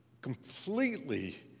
completely